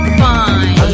fine